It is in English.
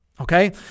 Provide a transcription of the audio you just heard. Okay